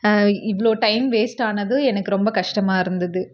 இவ்வளோ time waste ஆனது எனக்கு ரொம்ப கஷ்டமாக இருந்தது